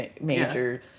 major